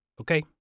Okay